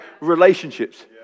relationships